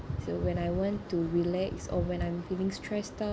so when I want to relax or when I'm feeling stressed out